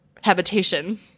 habitation